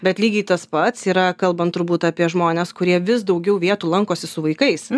bet lygiai tas pats yra kalbant turbūt apie žmones kurie vis daugiau vietų lankosi su vaikais